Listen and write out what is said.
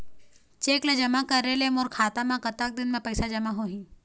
Cheque ला जमा करे ले मोर खाता मा कतक दिन मा पैसा जमा होही?